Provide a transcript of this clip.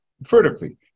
vertically